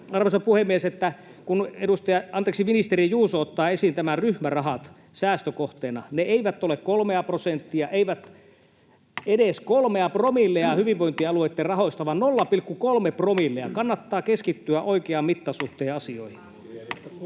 arvoisa puhemies, kun ministeri Juuso otti esiin nämä ryhmärahat säästökohteena. Ne eivät ole kolmea prosenttia, eivät edes kolmea promillea hyvinvointialueitten rahoista, vaan 0,3 promillea. Kannattaa keskittyä oikean mittasuhteen asioihin.